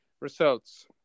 results